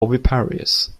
oviparous